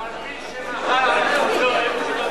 האיש שמחל על כבודו.